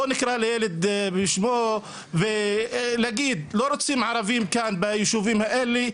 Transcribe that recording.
בואו נקרא לילד בשמו ולהגיד לא רוצים ערבים כאן ביישובים האלה.